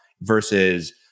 versus